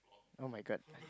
oh-my-God